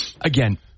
again